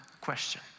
question